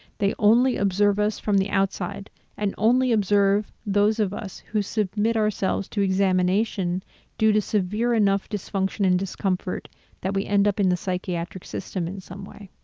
they only observe us from the outside and only observe those of us who submit ourselves to examination due to severe enough dysfunction and discomfort that we end up in the psychiatric system in some way.